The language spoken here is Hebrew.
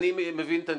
אני מבין את הנקודה.